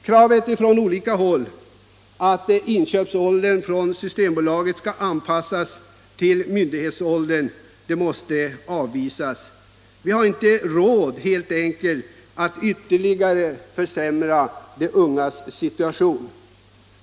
Kravet från olika håll att inköpsåldern för alkohol skall anpassas till myndighetsåldern måste avvisas. Vi har helt enkelt inte råd att ytterligare försämra de ungas situation.